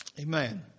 Amen